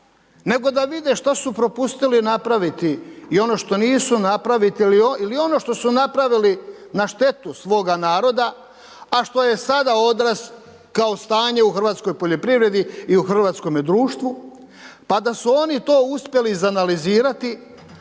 nego da vide što su propustili napraviti i ono što nisu napraviti ili ono što su napravili na štetu svoga naroda, a što je sada odraz kao stanje u hrvatskoj poljoprivredi i u hrvatskome društvu, pa da su oni to uspjeli iz analizirati,